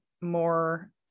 more